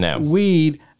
weed